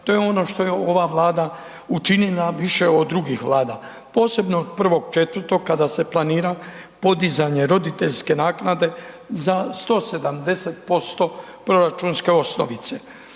to je ono što je ova Vlada učinila više od drugih vlada. Posebno od 1.4. kada se planira podizanje roditeljske naknade za 170% proračunske osnovice.